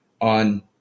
on